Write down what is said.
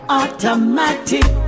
automatic